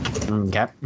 okay